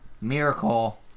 Miracle